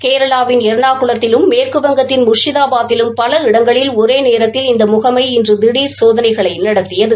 கேரளாவின் எர்ணாகுளத்திலும் மேற்குவங்கத்தின் முர்ஷிதாபாத்திலும் பல இடங்களில் ஒரே நேரத்தில் இந்த முகமை இன்று திடர் சோதனைகளை நடத்தியது